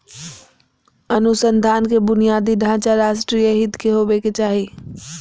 अनुसंधान के बुनियादी ढांचा राष्ट्रीय हित के होबो के चाही